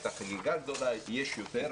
הייתה חגיגה גדולה שיש יותר,